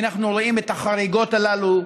ואנחנו רואים את החריגות הללו,